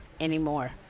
anymore